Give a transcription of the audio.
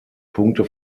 punkte